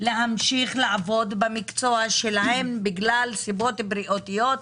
להמשיך לעבוד במקצוע שלהן בגלל סיבות בריאותיות,